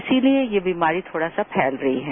इसीलिए यह बीमारी थोड़ा सा फैल रही है